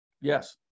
Yes